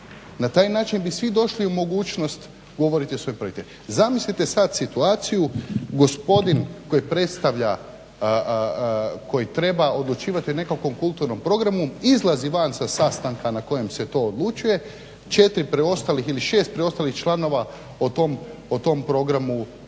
na taj način bi svi došli u mogućnost govoriti o … /Govornik se ne razumije./… Zamislite sad situaciju gospodin koji predstavlja, koji treba odlučivati o nekakvom kulturnom programu izlazi van sa sastanka na kojem se to odlučuje, 4 preostalih ili 6 preostalih članova o tom programu